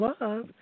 love